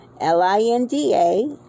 L-I-N-D-A